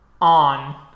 on